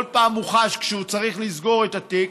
פעם הוא חש כשהוא צריך לסגור את התיק.